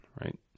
right